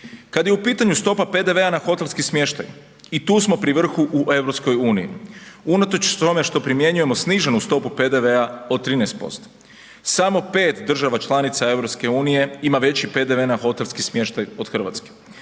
Kad je u pitanju stopa PDV-a na hotelski smještaj i tu smo pri vrhu u EU, unatoč tome što primjenjujemo sniženu stopu PDV-a od 13%. samo 5 država članica EU ima veći PDV na hotelski smještaj od Hrvatske.